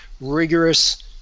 rigorous